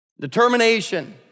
determination